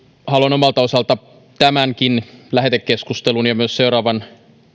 haluan myös omalta osaltani tämänkin lähetekeskustelun ja myös seuraavan